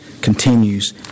continues